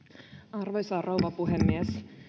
arvoisa rouva puhemies